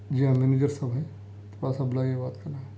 جی ہاں مینیجر صاحب ہیں تھوڑا سا بلائیے بات کرنا ہے